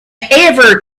ever